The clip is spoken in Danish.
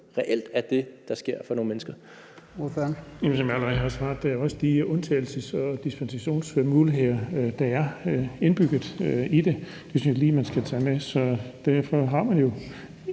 reelt er det, der sker for nogle mennesker?